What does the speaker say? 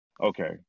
okay